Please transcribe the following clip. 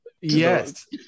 yes